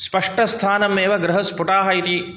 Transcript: स्पष्टस्थानमेव गृहस्फुटाः इति